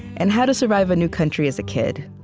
and how to survive a new country as a kid.